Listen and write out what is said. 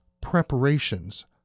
preparations